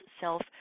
self